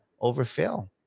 overfill